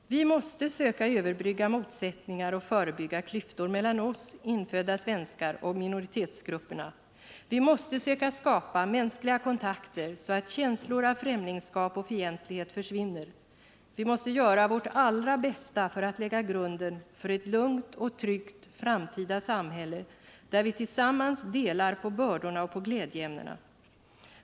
Vi måste söka överbrygga motsättningar och förebygga klyftor mellan oss — infödda svenskar — och minoritetsgrupperna. Vi måste söka skapa mänskliga kontakter så att känslor av främlingskap och fientlighet försvinner. Vi måste göra vårt allra bästa för att lägga grunden för ett lugnt och tryggt framtida samhälle, där vi tillsammans delar på bördorna och glädjeiämnena.